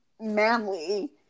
manly